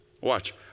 Watch